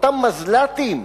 אותם מזל"טים,